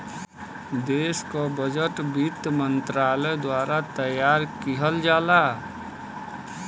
देश क बजट वित्त मंत्रालय द्वारा तैयार किहल जाला